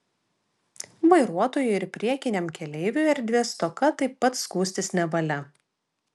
vairuotojui ir priekiniam keleiviui erdvės stoka taip pat skųstis nevalia